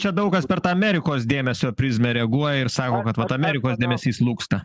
čia daug kas per tą amerikos dėmesio prizmę reaguoja ir sako kad vat amerikos dėmesys slūgsta